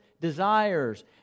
desires